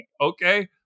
okay